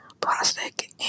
plastic